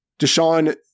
Deshaun